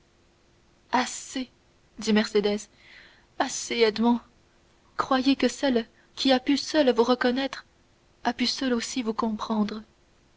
dit mercédès assez edmond croyez que celle qui a pu seule vous reconnaître a pu seule aussi vous comprendre